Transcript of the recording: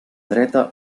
dreta